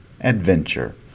adventure